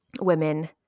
women